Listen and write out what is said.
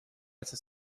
essa